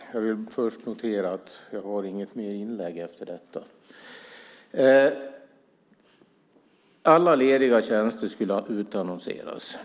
Herr talman! Jag vill först notera att jag inte har något mer inlägg efter detta. Alla lediga tjänster skulle ha utannonserats.